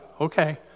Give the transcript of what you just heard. okay